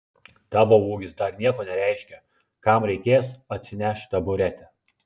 tavo ūgis dar nieko nereiškia kam reikės atsineš taburetę